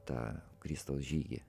tą kristaus žygį